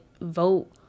vote